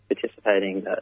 participating